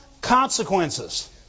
consequences